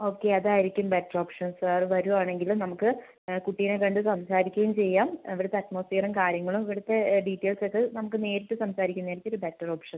okay അതായിരിക്കും better option sir വരുവാണെങ്കിൽ നമുക്ക് കുട്ടീനേ കണ്ട് സംസാരിക്കുകയും ചെയ്യാം ഇവിടുത്തെ അറ്റ്മോസ്ഫിയറും കാര്യങ്ങളും ഇവിടുത്തെ ഡീറ്റെയിൽസ് ഒക്കെ നമുക്ക് നേരിട്ട് സംസാരിക്കുന്നതായിരിക്കും ഒരു ബെറ്റർ ഓപ്ഷൻ